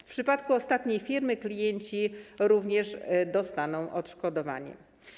W przypadku ostatniej firmy klienci również dostaną odszkodowanie.